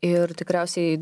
ir tikriausiai